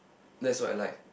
that's what I like